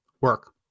work